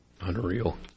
Unreal